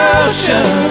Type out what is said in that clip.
ocean